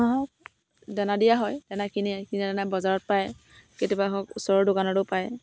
হাঁহক দানা দিয়া হয় দানা কিনি কিনি অনা বজাৰত পায় কেতিয়াবা হওক ওচৰৰ দোকানতো পায়